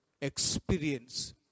experience